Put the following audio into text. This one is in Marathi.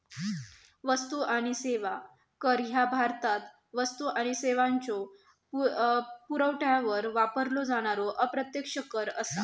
वस्तू आणि सेवा कर ह्या भारतात वस्तू आणि सेवांच्यो पुरवठ्यावर वापरलो जाणारो अप्रत्यक्ष कर असा